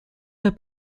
der